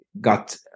got